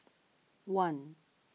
one